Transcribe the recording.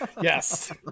yes